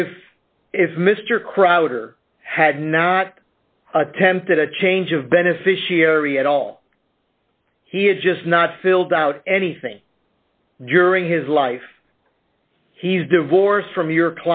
if if mr crowder had not attempted a change of beneficiary at all he had just not filled out anything during his life he's divorced from your